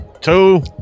two